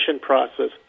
process